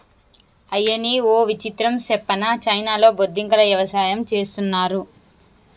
అయ్యనీ ఓ విచిత్రం సెప్పనా చైనాలో బొద్దింకల యవసాయం చేస్తున్నారు